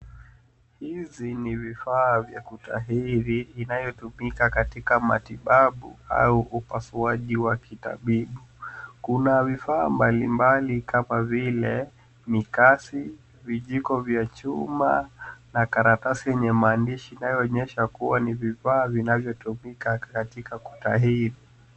Hizi ni vifaa vya kutahiri inayotumika katika matibabu au upasuaji wa kitabibu. Kuna vifaa mbalimbali kama vile mikasi, vijiko vya chuma na karatasi yenye maandishi inayoonyesha kuwa ni vifaa vinavyotumika katika kutahiri.